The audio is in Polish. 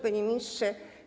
Panie Ministrze!